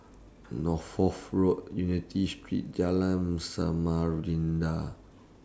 Northolt Road Unity Street Jalan Samarinda